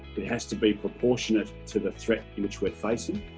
it has to be proportionate to the threat in which we're facing